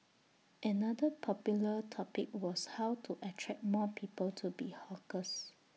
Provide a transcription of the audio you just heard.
another popular topic was how to attract more people to be hawkers